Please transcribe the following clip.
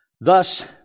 Thus